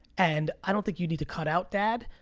and i don't think you need to cut out dad.